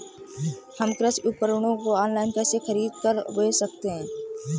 हम कृषि उपकरणों को ऑनलाइन कैसे खरीद और बेच सकते हैं?